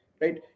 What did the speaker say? right